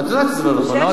את יודעת שזה לא נכון.